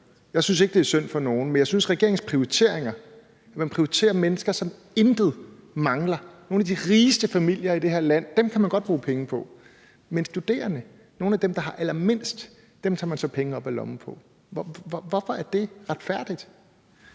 Jeg synes ikke, det er synd for nogen. Men jeg synes ikke om regeringens prioriteringer, hvor man prioriterer mennesker, som intet mangler – nogle af de rigeste familier i det her land kan man godt bruge penge på – men studerende, nogle af dem, der har allermindst, tager man så penge op af lommen på. Hvorfor er det retfærdigt?